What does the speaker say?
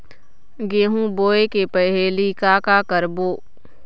गेहूं बोए के पहेली का का करबो?